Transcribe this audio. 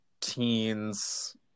teens